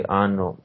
hanno